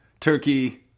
turkey